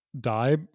die